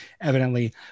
evidently